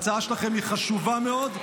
שההצעה שלכם היא חשובה מאוד.